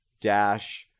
dash